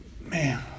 Man